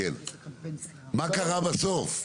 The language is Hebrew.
מה קרה בסוף?